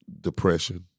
Depression